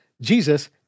Jesus